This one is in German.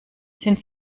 sind